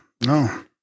No